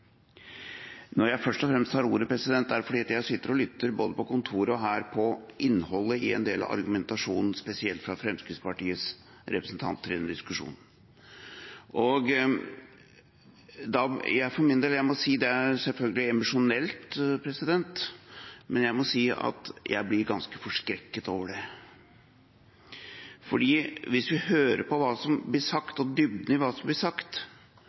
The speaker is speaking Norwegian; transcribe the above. Når jeg tar ordet, er det først og fremst fordi jeg sitter og lytter, både på kontoret og her, til innholdet i en del av argumentasjonen, spesielt fra Fremskrittspartiets representanter i denne diskusjonen. Det er selvfølgelig emosjonelt, men jeg for min del må si at jeg blir ganske forskrekket over det, for hvis vi hører på hva som blir sagt, og dybden i hva som blir sagt,